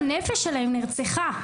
הנפש שלהם נרצחה.